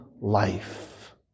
life